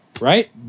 right